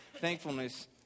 thankfulness